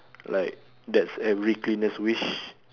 like that's every cleaner's wish